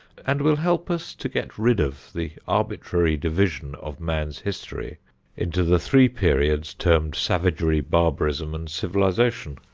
and will help us to get rid of the arbitrary division of man's history into the three periods termed savagery, barbarism and civilization.